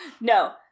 No